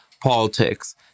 politics